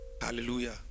Hallelujah